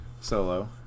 Solo